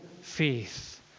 faith